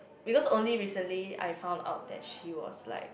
because only recently I found out that she was like